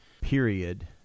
Period